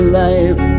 life